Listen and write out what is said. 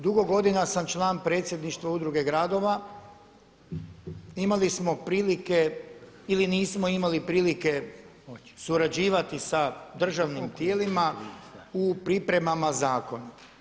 Dugo godina sam član predsjedništva Udruge gradova, imali smo prilike ili nismo imali prilike surađivati sa državnim tijelima u pripremama zakona.